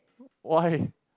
why